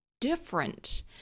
different